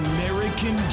American